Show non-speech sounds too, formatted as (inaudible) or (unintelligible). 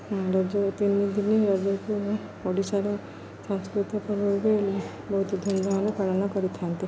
ରଜ ତିନି ଦିନ ରଜକୁ ଓଡ଼ିଶାର ସାଂସ୍କୃତିକ ପର୍ବ (unintelligible) ବହୁତ ଧୁମ୍ଧାମ୍ରେ ପାଳନ କରିଥାନ୍ତି